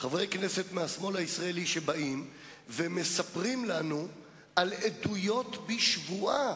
חברי כנסת מהשמאל הישראלי שמספרים לנו על עדויות בשבועה